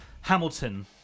Hamilton